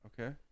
Okay